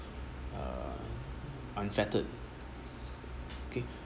uh unfettered okay